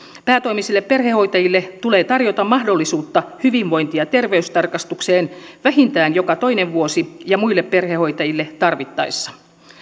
päätoimisille perhehoitajille tulee tarjota mahdollisuutta hyvinvointi ja terveystarkastukseen vähintään joka toinen vuosi ja muille perhehoitajille tarvittaessa